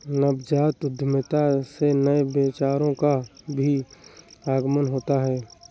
नवजात उद्यमिता से नए विचारों का भी आगमन होता है